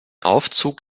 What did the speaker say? aufzug